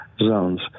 Zones